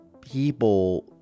people